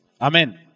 Amen